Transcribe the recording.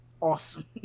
Awesome